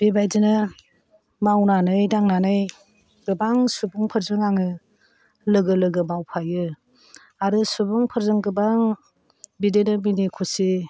बेबादिनो मावनानै दांनानै गोबां सुबुंफोरजों आङो लोगो लोगो मावफायो आरो सुबुंफोरजों गोबां बिदिनो मिनि खुसि